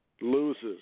loses